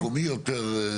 משהו מקומי יותר.